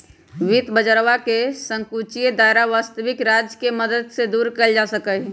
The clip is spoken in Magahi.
वित्त बाजरवा के संकुचित दायरा वस्तबिक राज्य के मदद से दूर कइल जा सका हई